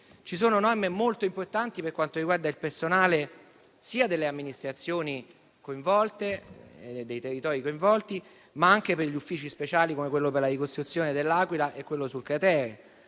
Ci sono norme molto importanti per quanto riguarda il personale sia delle amministrazioni e dei territori coinvolti, sia degli uffici speciali, come quello per la ricostruzione di L'Aquila e quello per il cratere.